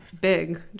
Big